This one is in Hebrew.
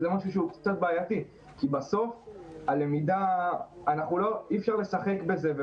זה משהו שהוא קצת בעייתי כי בסוף אי אפשר לשחק בזה,